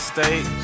State